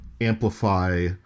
amplify